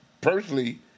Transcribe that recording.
personally